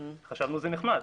חשבנו שזה נחמד.